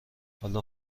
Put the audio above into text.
حالا